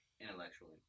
Intellectually